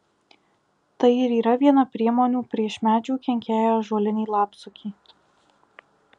tai ir yra viena priemonių prieš medžių kenkėją ąžuolinį lapsukį